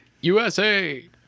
USA